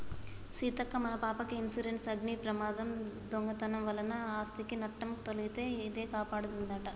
సీతక్క మన పాపకి ఇన్సురెన్సు అగ్ని ప్రమాదం, దొంగతనం వలన ఆస్ధికి నట్టం తొలగితే ఇదే కాపాడదంట